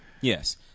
yes